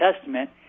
Testament